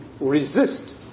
resist